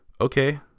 okay